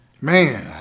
Man